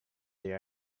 they